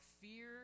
fear